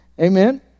amen